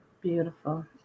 Beautiful